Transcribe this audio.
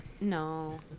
No